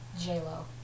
J-Lo